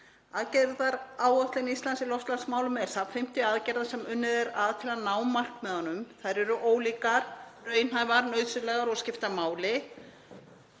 Aðgerðaáætlun Íslands í loftslagsmálum er safn aðgerða sem unnið er að til að ná markmiðunum. Þær eru ólíkar, raunhæfar, nauðsynlegar og skipta máli